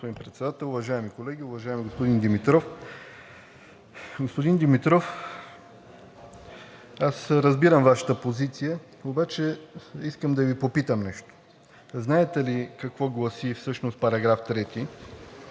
господин Председател. Уважаеми колеги, уважаеми господин Димитров! Господин Димитров, разбирам Вашата позиция, обаче искам да Ви попитам нещо. Знаете ли какво гласи всъщност § 3 от